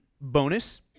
bonus